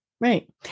Right